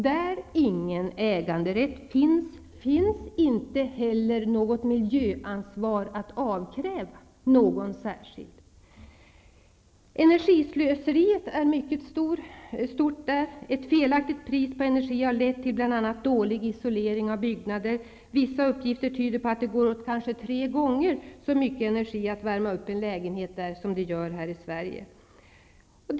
Där ingen äganderätt finns, där finns inte heller något miljöansvar att avkräva någon särskild. Energislöseriet är mycket stort. Ett felaktigt pris på energi har lett till bl.a. dålig isolering av byggnader. Vissa uppgifter tyder på att det går åt kanske tre gånger så mycket energi för att värma upp en lägenhet där som att värma upp en lägenhet i Sverige.